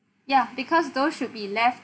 ya because those should be left